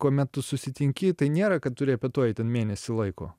kuomet tu susitinki tai nėra kad tu repetuoji ten mėnesį laiko